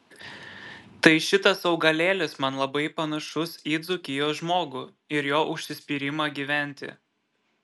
tai šitas augalėlis man labai panašus į dzūkijos žmogų ir jo užsispyrimą gyventi